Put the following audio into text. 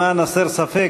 למען הסר ספק,